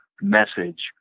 message